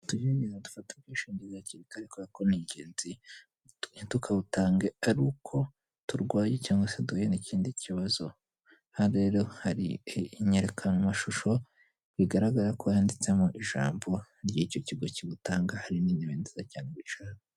Tugerageza dufata ubwishingizi hakiri kare kuko ni ingenzi ntitukabutange ari uko turwaye cyangwa se duheye n' ikindi kibazo aha rero hari inyerekana mashusho bigaragara ko yanditsemo ijambo ry'icyo kigo kibutanga hari n'intebe nziza cyane bicaraho